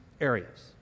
areas